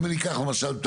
אם אני אקח למשל,